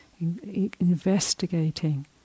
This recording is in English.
investigating